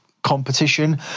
competition